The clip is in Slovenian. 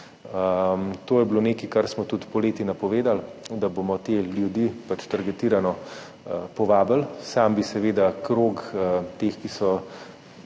To je bilo nekaj, kar smo tudi poleti napovedali, da bomo te ljudi pač targetirano povabili. Sam bi seveda krog teh, ki so